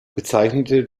bezeichnete